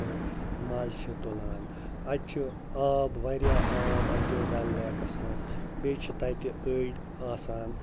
تہٕ مَزٕ چھِ تُلان اَتہِ چھُ آب واریاہ آب اَتہِ ڈَل لیکَس منٛز بیٚیہِ چھِ تَتہِ أڑۍ آسان